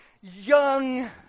young